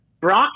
Brock